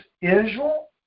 Israel